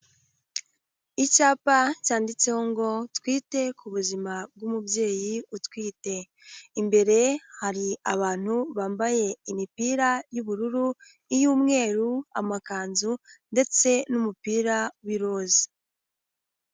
Icyapa cyanditseho ngo "twite ku buzima bw'umubyeyi utwite", imbere hari abantu bambaye imipira y'ubururu, iy'umweru, amakanzu ndetse n'umupira w'iroze.